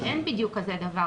שאין בדיוק כזה דבר,